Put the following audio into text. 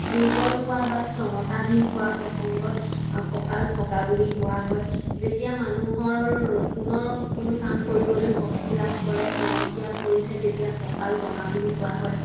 দুৰ্বল হোৱা বা ক্ষমতাহীন হোৱাৰ প্ৰসংগত কঁকাল ভগা বুলি কোৱা হয় যেতিয়া মানুহৰ পুনৰ কোনো কাম কৰিবলৈ শক্তি লাভ কৰে টনকিয়াল হৈ উঠে তেতিয়া কঁকাল ডঙা বুলি কোৱা হয়